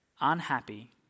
unhappy